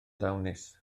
ddawnus